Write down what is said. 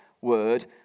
word